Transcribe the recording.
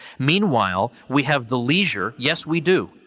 meanwhile, we have the leisure yes, we do.